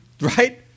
Right